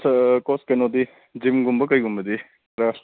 ꯑꯗꯣ ꯁꯥꯔ ꯀꯣꯁ ꯀꯩꯅꯣꯗꯤ ꯖꯤꯝꯒꯨꯝꯕ ꯀꯔꯤꯒꯨꯝꯕꯗꯤ ꯈꯔ